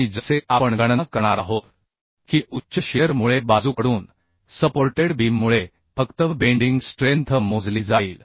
आणि जसे आपण गणना करणार आहोत की उच्च शिअर मुळे बाजूकडून सपोर्टेड बीममुळे फक्त बेंडिंग स्ट्रेंथ मोजली जाईल